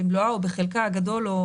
במלואה או בחלקה הגדול או